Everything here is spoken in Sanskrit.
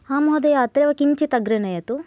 आम् महोदय अत्रैव किञ्चित् अग्रे नयतु